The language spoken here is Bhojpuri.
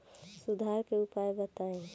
सुधार के उपाय बताई?